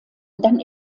dann